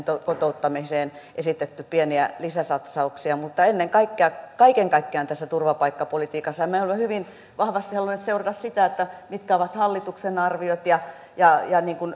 kotouttamiseen esitetty pieniä lisäsatsauksia mutta ennen kaikkea kaiken kaikkiaan tässä turvapaikkapolitiikassa me olemme hyvin vahvasti halunneet seurata sitä mitkä ovat hallituksen arviot ja ja